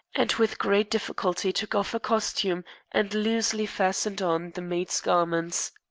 and with great difficulty took off her costume and loosely fastened on the maid's garments.